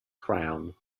crown